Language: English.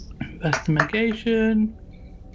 Investigation